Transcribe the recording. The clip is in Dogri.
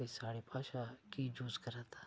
ते साढ़ी भाशा की यूज करा दा